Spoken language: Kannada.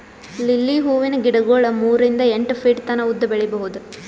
ಲಿಲ್ಲಿ ಹೂವಿನ ಗಿಡಗೊಳ್ ಮೂರಿಂದ್ ಎಂಟ್ ಫೀಟ್ ತನ ಉದ್ದ್ ಬೆಳಿಬಹುದ್